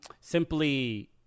simply